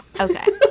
Okay